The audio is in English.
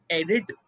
edit